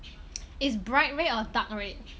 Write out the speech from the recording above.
is bright red or dark red